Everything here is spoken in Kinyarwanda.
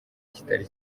kitari